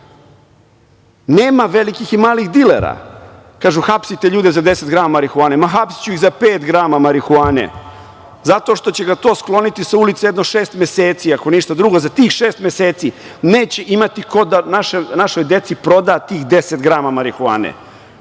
velikih i malih dilera, kažu hapsite ljude za 10gr marihuane, ma hapsiću ih za 5gr marihuane, zato što će ga to skloniti sa ulice jedno šest meseci. Ako ništa drugo, za tih šest meseci neće imati ko da našoj deci proda tih 10gr marihuane. Nema